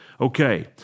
Okay